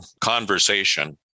conversation